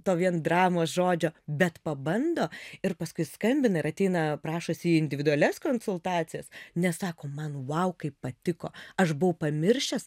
to vien dramos žodžio bet pabando ir paskui skambina ir ateina prašosi į individualias konsultacijas nes sako man vau kaip patiko aš buvau pamiršęs